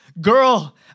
Girl